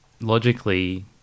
Logically